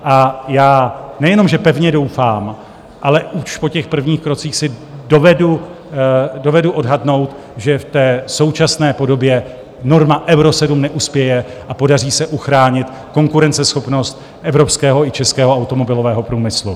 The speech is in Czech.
Já nejenom že pevně doufám, ale už po těch prvních krocích si dovedu odhadnout, že v současné podobě norma Euro 7 neuspěje a podaří se uchránit konkurenceschopnost evropského i českého automobilového průmyslu.